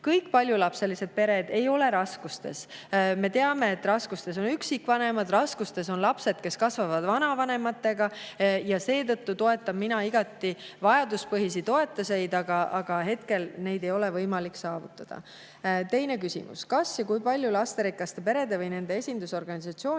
Kõik paljulapselised pered ei ole raskustes. Me teame, et raskustes on üksikvanemad ja raskustes on lapsed, kes kasvavad vanavanematega. Mina igati toetan vajaduspõhiseid toetusi, aga hetkel ei ole neid võimalik [teoks teha].Teine küsimus: "Kas ja kui palju lasterikaste perede või nende esindusorganisatsioonidega